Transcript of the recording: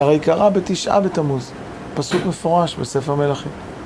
הרי קרה בתשעה בתמוז, פסוק מפורש בספר מלכים.